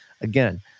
again